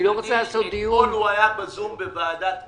אני לא רוצה לקיים דיון --- אתמול הוא היה בזום בוועדת קורונה.